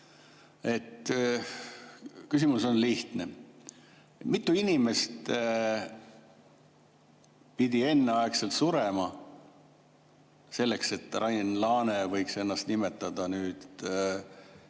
Küsimus on lihtne. Mitu inimest pidi enneaegselt surema selleks, et Rain Laane võiks ennast nimetada nüüd